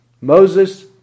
Moses